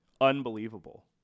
unbelievable